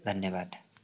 धन्यवाद